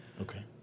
Okay